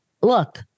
Look